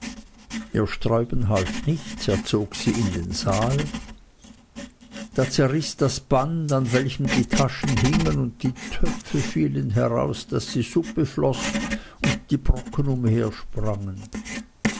ihr sträuben half nichts er zog sie in den saal da zerriß das band an welchem die taschen hingen und die töpfe fielen heraus daß die suppe floß und die brocken